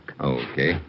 Okay